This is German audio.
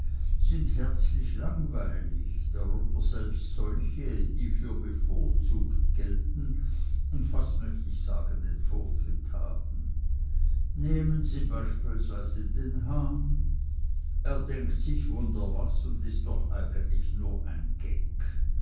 sind herzlich langweilig darunter selbst solche die für bevorzugt gelten und fast möcht ich sagen den vortritt haben nehmen sie beispielsweise den hahn er denkt sich wunder was und ist doch eigentlich nur ein geck